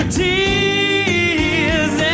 tears